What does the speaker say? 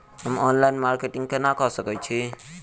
हम online marketing केना कऽ सकैत छी?